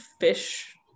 fish